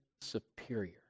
superior